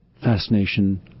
fascination